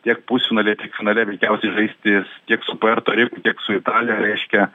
tiek pusfinalyje tiek finale veikiausiai žaisti tiek su puerto riku tiek su italija reiškia